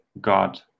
God